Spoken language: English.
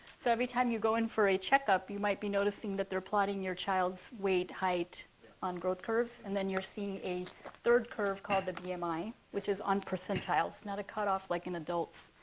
so every time you go in for a checkup, you might be noticing that they're plotting your child's weight, height on growth curves. and then you're seeing a third curve called the bmi, um which is on percentiles, not a cutoff like in adults.